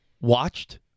watched